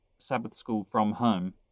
sabbathschoolfromhome